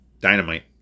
Dynamite